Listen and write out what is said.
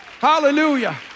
Hallelujah